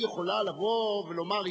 היא יכולה לבוא ולומר,